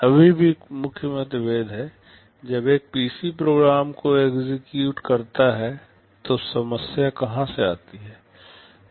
अभी भी कुछ मतभेद हैं जब एक पीसी प्रोग्राम को एक्ज़िक्युट करता है तो समस्या कहां से आती है